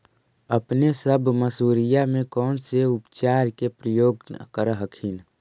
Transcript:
अपने सब मसुरिया मे कौन से उपचार के प्रयोग कर हखिन?